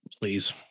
Please